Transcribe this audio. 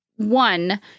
One